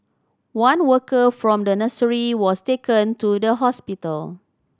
one worker from the nursery was taken to the hospital